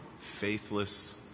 Faithless